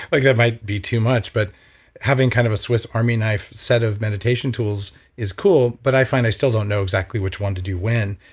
like that might be too much. but having kind of a swiss army knife set of meditation tools is cool. but i find i still don't know exactly which one to do when.